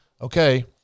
okay